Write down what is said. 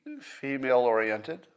female-oriented